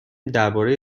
درباره